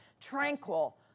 tranquil